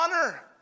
honor